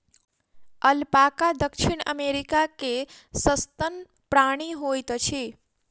alpaca दक्षिण America के सस्तन प्राणी होइत अछि